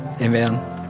Amen